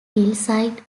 hillside